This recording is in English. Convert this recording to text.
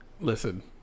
Listen